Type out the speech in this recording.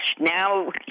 Now